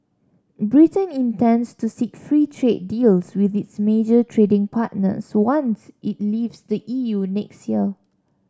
Britain intends to seek free trade deals with its major trading partners once it leaves the E U next year